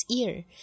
ear